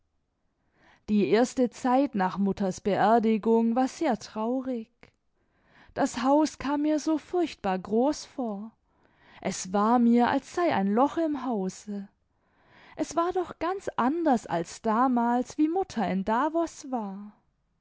die erste zeit nach mutters beerdigung war sehr traurig das haus kam mir so furchtbar groß vor es war mir als sei ein loch im hause es war doch ganz anders als damals wie mutter in davos war